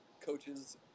coaches